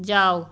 যাও